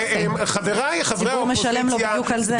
הציבור משלם לו בדיוק על זה.